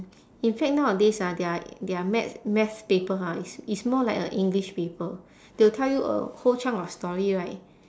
in fact nowadays ah their their math math paper ha it's it's more like a english paper they will tell you a whole chunk of story right